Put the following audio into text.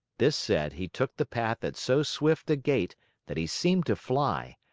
this said, he took the path at so swift a gait that he seemed to fly,